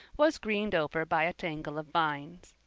was greened over by a tangle of vines.